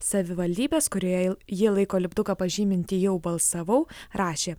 savivaldybės kurioje ji laiko lipduką pažyminti jau balsavau rašė